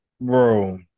Bro